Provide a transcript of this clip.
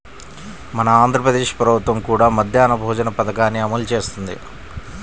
మన ఆంధ్ర ప్రదేశ్ ప్రభుత్వం కూడా మధ్యాహ్న భోజన పథకాన్ని అమలు చేస్తున్నది